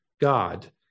God